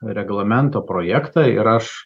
reglamento projektą ir aš